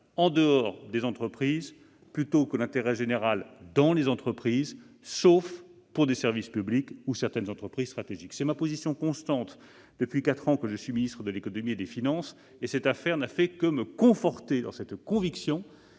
en dehors des entreprises plutôt que l'intérêt général dans les entreprises, sauf pour des services publics ou certaines entreprises stratégiques. C'est la position constante que je défends depuis quatre ans que je suis ministre de l'économie, des finances et de la relance et cette affaire n'a fait que me conforter dans cette conviction